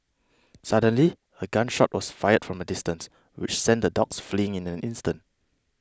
suddenly a gun shot was fired from a distance which sent the dogs fleeing in an instant